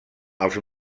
els